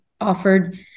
offered